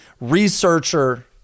researcher